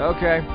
Okay